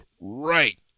right